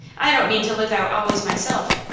i don't mean to live out always myself.